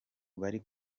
bari